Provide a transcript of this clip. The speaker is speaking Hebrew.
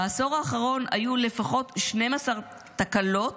בעשור האחרון היו לפחות 12 תקלות